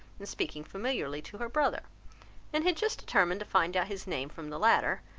and speaking familiarly to her brother and had just determined to find out his name from the latter,